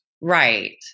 Right